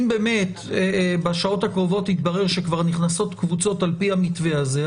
אם באמת בשעות הקרובות יתברר שכבר נכנסות קבוצות על פי המתווה הזה,